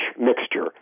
mixture